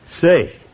Say